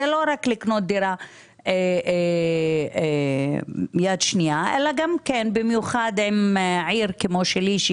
זה לא רק קניית דירה מיד שנייה; במיוחד בעיר כמו שלי,